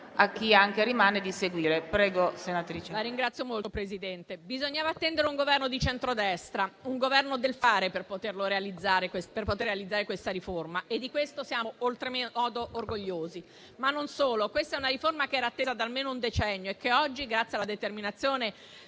grazie a tutti